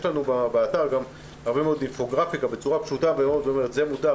יש לנו באתר הרבה מאוד גרפיקה בצורה פשוטה מאוד: זה מותר,